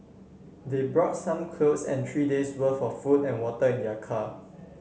they brought some clothes and three days' worth of food and water in their car